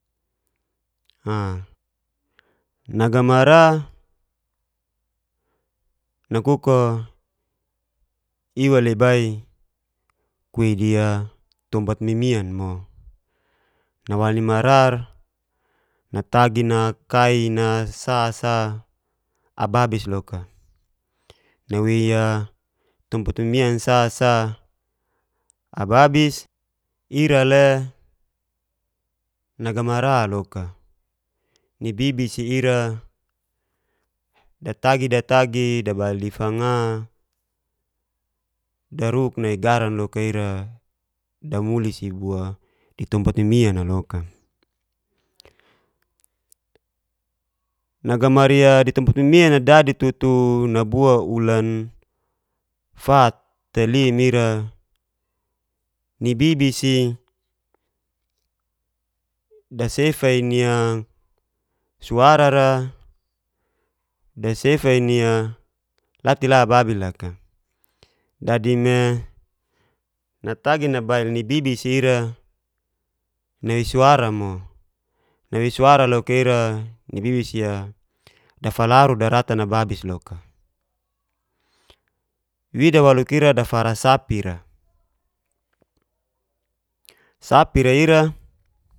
naga mara nakuk'o iwa lebai kuwi ni tompat mimian mo. Nawal ni marar natagi nakai na sa'sa ababis loko, nawei'a tompat mimian sa sa ababis ira le nagamara loka nibibi si ira datagi-datagi dabail difanga daruk nai garan loka'ia damuli si bua ditompat mimian'a loka, naga mari'a di tompat mimian dadi tutu nabua ulan fat te lim ira ni bibi si dasefa'i ni'a suara'ra, dasefa'i ni'a latela ababi laka. Dadi me naagi nabail ni bibi si ira nawei sura mo, nawei sura loka ira ni bibi si'a dafalaru daratan ababis loka, wida waluk ira dafara sapisa. Sapi'ra ira.